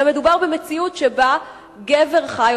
אלא מדובר במציאות שבה גבר חי,